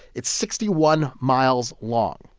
it's sixty one miles long.